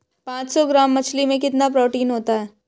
पांच सौ ग्राम मछली में कितना प्रोटीन होता है?